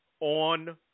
on